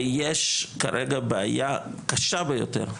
ויש כרגע בעיה קשה ביותר,